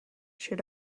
should